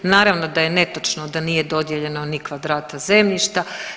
Naravno da je netočno da nije dodijeljeno ni kvadrata zemljišta.